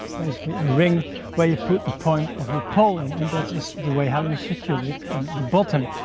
basically a ring where you put the point of your pole in and this is the way how you secure it in the bottom.